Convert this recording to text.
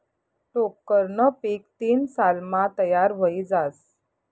टोक्करनं पीक तीन सालमा तयार व्हयी जास